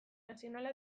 nazionala